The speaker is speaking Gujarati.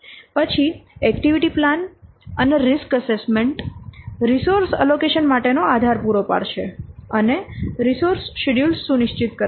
પછી એક્ટિવિટી પ્લાન અને રીસ્ક એસેસમેન્ટ રિસોર્સ એલોકેશન માટેનો આધાર પૂરો પાડશે અને રિસોર્સ શેડ્યૂલ સુનિશ્ચિત કરશે